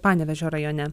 panevėžio rajone